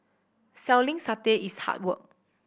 selling satay is hard work